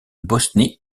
bosnie